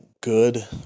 good